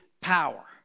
power